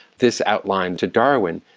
this outlined to darwin,